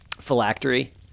phylactery